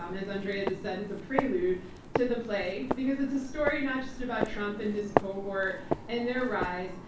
um as andrea just said, it's a prelude to the plague because it's a story not just about trump and his cohort and their rise,